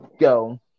go